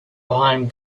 behind